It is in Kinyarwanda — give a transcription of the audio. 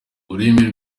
urumuri